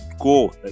go